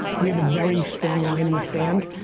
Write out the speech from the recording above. we have a very strong line in the sand.